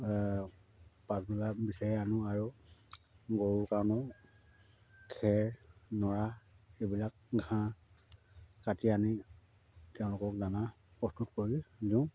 পাছবেলা বিচাৰি আনোঁ আৰু গৰু কাৰণেও খেৰ নৰা এইবিলাক ঘাঁহ কাটি আনি তেওঁলোকক দানা প্ৰস্তুত কৰি দিওঁ